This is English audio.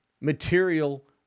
material